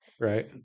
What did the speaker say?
Right